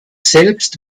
selbst